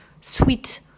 sweet